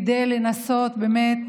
כדי לנסות באמת